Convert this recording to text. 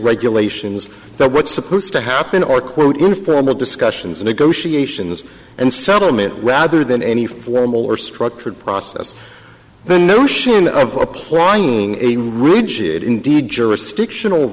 regulations that what's supposed to happen are quote informal discussions negotiations and settlement rather than any formal or structured process the notion of applying a rigid indeed jurisdiction